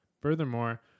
Furthermore